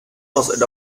was